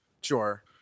sure